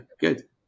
good